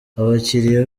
abakiliya